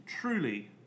truly